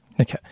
Okay